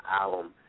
album